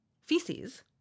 feces